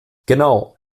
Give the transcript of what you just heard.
genau